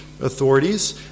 authorities